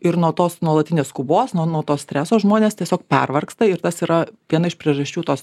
ir nuo tos nuolatinės skubos nuo nuo to streso žmonės tiesiog pervargsta ir tas yra viena iš priežasčių tos